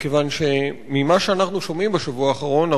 מכיוון שממה שאנחנו שומעים בשבוע האחרון,